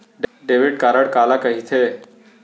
Debit card काला कहिथे?